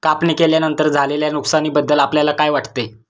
कापणी केल्यानंतर झालेल्या नुकसानीबद्दल आपल्याला काय वाटते?